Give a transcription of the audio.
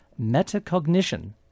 metacognition